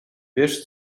wiesz